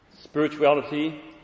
spirituality